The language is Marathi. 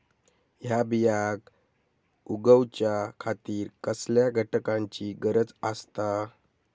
हया बियांक उगौच्या खातिर कसल्या घटकांची गरज आसता?